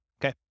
Okay